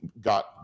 got